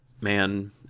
man